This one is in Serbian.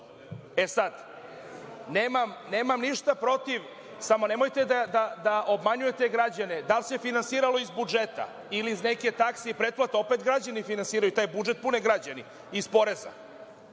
Vlade. Nemam ništa protiv, samo nemojte da obmanjujete građane. Da li se finansiralo iz budžeta ili iz neke takse i pretplate, opet građani finansiraju, taj budžet pune građani iz poreza.